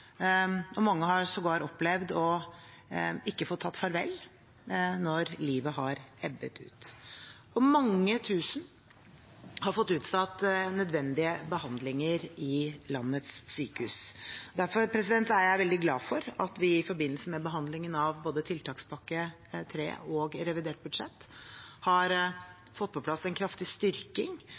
Mange har sågar opplevd å ikke få tatt farvel når livet har ebbet ut. Og mange tusen har fått utsatt nødvendige behandlinger i landets sykehus. Derfor er jeg veldig glad for at vi i forbindelse med behandlingen av både tiltakspakke 3 og revidert budsjett har fått på plass en kraftig styrking